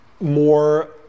more